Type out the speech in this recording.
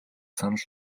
санал